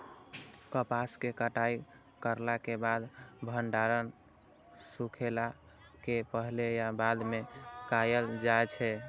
कपास के कटाई करला के बाद भंडारण सुखेला के पहले या बाद में कायल जाय छै?